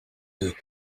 deux